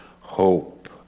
hope